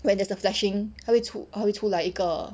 when there's the flashing 它会出它会出来一个